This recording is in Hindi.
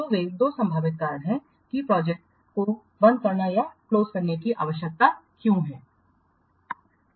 तो ये दो संभावित कारण हैं कि किसी प्रोजेक्ट को बंद करने की आवश्यकता क्यों है